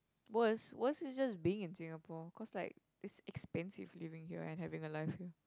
worst worst is just being in Singapore cause like it's expensive living here and having a life here